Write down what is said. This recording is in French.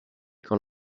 quand